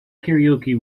karaoke